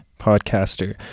podcaster